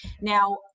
Now